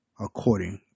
according